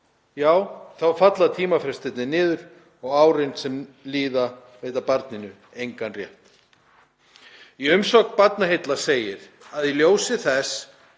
Já, þá falla tímafrestirnir niður og árin sem líða veita barninu engan rétt. Í umsögn Barnaheilla segir að í ljósi þess